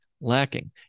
lacking